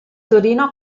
torino